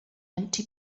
empty